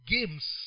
Games